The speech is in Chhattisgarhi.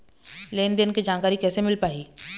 लेन देन के जानकारी कैसे मिल पाही?